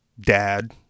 dad